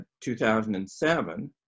2007